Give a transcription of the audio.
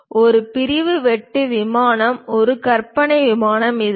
ஒரு பிரிவு வெட்டு விமானம் ஒரு கற்பனை விமானம் இதுதான்